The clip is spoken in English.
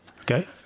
Okay